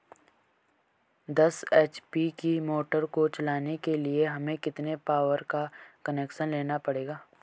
दस एच.पी की मोटर को चलाने के लिए हमें कितने पावर का कनेक्शन लेना पड़ेगा?